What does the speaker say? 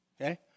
okay